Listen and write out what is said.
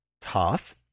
tough